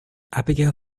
abigail